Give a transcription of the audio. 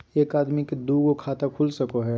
एक आदमी के दू गो खाता खुल सको है?